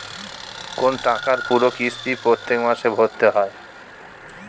কোন টাকার পুরো কিস্তি প্রত্যেক মাসে ভরতে হয়